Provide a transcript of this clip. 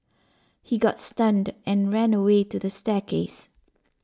he got stunned and ran away to the staircase